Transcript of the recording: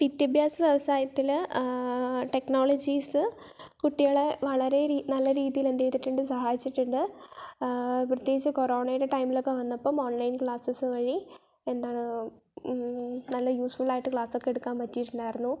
വിദ്യാഭൃാസ വ്യവസായത്തിൽ ടെക്നോളജീസ് കുട്ടികളെ വളരെ നല്ല രീതിയില് എന്തു ചെയ്തിട്ടുണ്ട് സഹായിച്ചിട്ടുണ്ട് പ്രതൃേകിച്ച് കൊറോണയുടെ ടൈമിലൊക്കെ വന്നപ്പം ഓണ്ലൈന് ക്ലാസ്സെസ് വഴി എന്താണ് നല്ല യൂസ്ഫുള് ആയിട്ട് ക്ലാസ്സൊക്കെ എടുക്കാന് പറ്റിയിട്ടുണ്ടായിരുന്നു